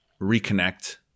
reconnect